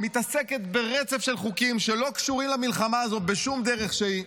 מתעסקת ברצף של חוקים שלא קשורים למלחמה הזו בשום דרך שהיא.